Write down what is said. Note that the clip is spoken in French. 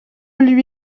lui